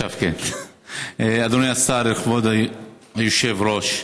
אדוני השר, כבוד היושב-ראש,